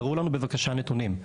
תראו לנו בבקשה נתונים.